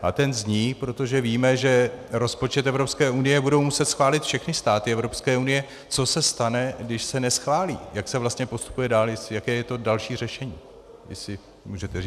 A ten zní: Protože víme, že rozpočet Evropské unie budou muset schválit všechny státy Evropské unie, co se stane, když se neschválí, jak se vlastně postupuje dál, jaké je to další řešení, jestli můžete říct.